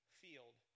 field